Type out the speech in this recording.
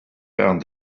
found